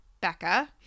becca